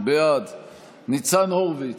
בעד ניצן הורוביץ,